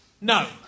No